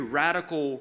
radical